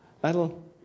that'll